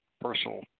personal